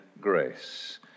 grace